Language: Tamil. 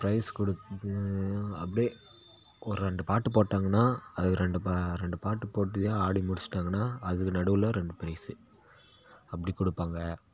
ப்ரைஸ் கொடு து அப்படியே ஒரு ரெண்டு பாட்டு போட்டாங்கன்னால் அது ரெண்டு பா ரெண்டு பாட்டு போட்டுகிட்டே ஆடி முடிச்சிட்டாங்கன்னால் அதுக்கு நடுவில் ரெண்டு ப்ரைஸு அப்படி கொடுப்பாங்க